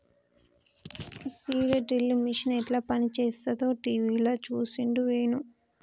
seed drill machine యెట్ల పనిచేస్తదో టీవీల చూసిండు వేణు